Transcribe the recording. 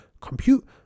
compute